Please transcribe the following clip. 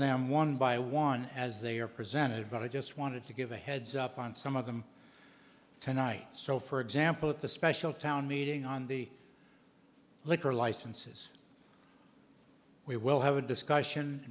them one by one as they are presented but i just wanted to give a heads up on some of them tonight so for example at the special town meeting on the liquor licenses we will have a discussion